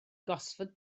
gosford